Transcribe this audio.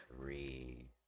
three